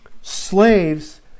slaves